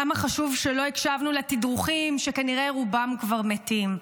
כמה חשוב שלא הקשבנו לתדרוכים שכנראה רובם כבר מתים.